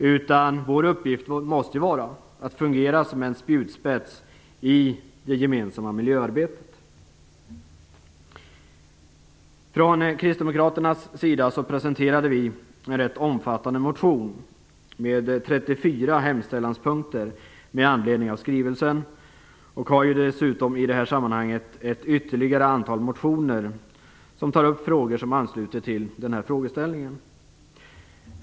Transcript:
Vår uppgift måste vara att fungera som en spjutspets i det gemensamma miljöarbetet. Från kristdemokraternas sida presenterade vi en rätt omfattande motion, med 34 hemställanspunkter, med anledning av skrivelsen. Vi har dessutom i det här sammanhanget väckt ytterligare ett antal motioner, där vi tar upp frågor som ansluter till den här frågeställningen.